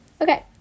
Okay